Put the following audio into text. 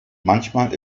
manchmal